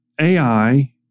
AI